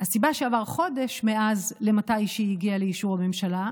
הסיבה שעבר חודש מאז עד שהיא הגיעה לאישור הממשלה,